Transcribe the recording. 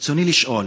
ברצוני לשאול: